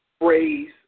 phrase